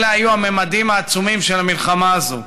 אלה היו הממדים העצומים של המלחמה הזאת.